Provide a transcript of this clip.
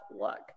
look